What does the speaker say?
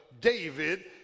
David